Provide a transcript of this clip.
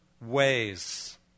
ways